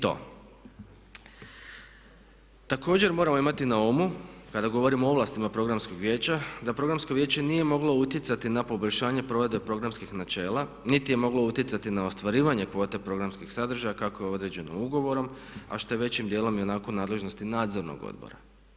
Također moramo imati na umu kada govorimo o ovlastima Programskog vijeća, da Programsko vijeće nije moglo utjecati na poboljšanje provedbe programskih načela niti je moglo utjecati na ostvarivanje kvote programskih sadržaja kako je određeno ugovorom, a što je većim dijelom i onako u nadležnosti Nadzornog odbora.